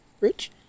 Rich